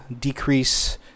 decrease